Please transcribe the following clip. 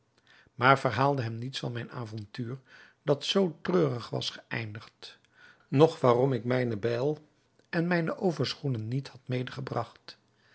maar verhaalde hem niets van mijn avontuur dat zoo treurig was geëindigd noch waarom ik mijne bijl en mijne overschoenen niet had